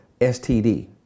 STD